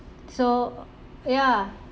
so ya